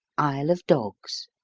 isle of dogs.